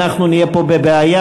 אנחנו נהיה פה בבעיה,